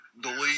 delete